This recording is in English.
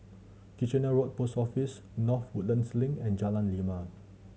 Kitchener Road Post Office North Woodlands Link and Jalan Lima